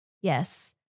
Yes